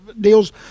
deals